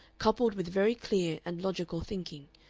coupled with very clear and logical thinking,